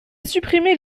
supprimer